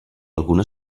alguna